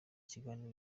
kiganiro